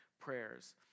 prayers